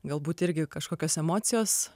galbūt irgi kažkokios emocijos